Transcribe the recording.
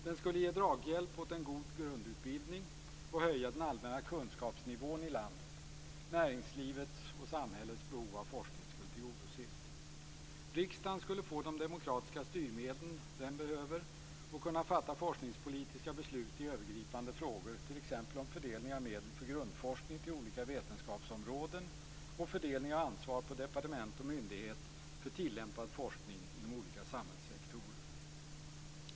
Den skulle ge draghjälp åt en god grundutbildning och höja den allmänna kunskapsnivån i landet. Näringslivets och samhällets behov av forskning skulle tillgodoses. Riksdagen skulle få de demokratiska styrmedel den behöver och kunna fatta forskningspolitiska beslut i övergripande frågor, t.ex. om fördelning av medel för grundforskning till olika vetenskapsområden och fördelning av ansvar på departement och myndigheter för tillämpad forskning inom olika samhällssektorer.